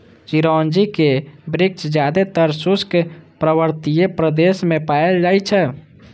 चिरौंजीक वृक्ष जादेतर शुष्क पर्वतीय प्रदेश मे पाएल जाइ छै